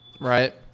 Right